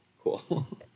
Cool